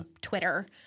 Twitter